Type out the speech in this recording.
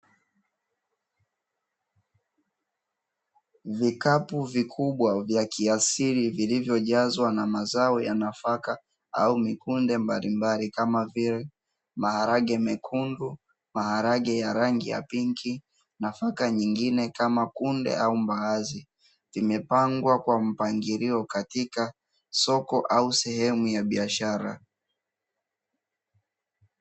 Vikapu vikubwa vya kiasili vilivyojazwa na mazao ya nafaka au mikunde mbalimbali kama vile maharage mekundu, maharage ya rangi ya pinki na nafaka nyingine kama kunde au mbaazi. Vimepangwa kwa mpangilio katika soko au sehemu ya biashara.